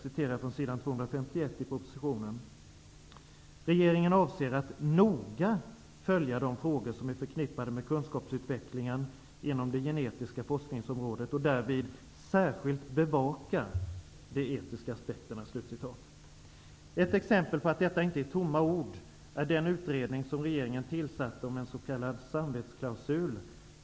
På s. 251 i propositionen står det: ''Regeringen avser att noga följa de frågor som är förknippade med kunskapsutvecklingen inom det genetiska forskningsområdet och härvid särskilt bevaka de etiska aspekterna.'' Ett exempel på att det inte är tomma ord är den utredning som regeringen tillsatt och som gäller en s.k. samvetsklausul.